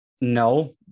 No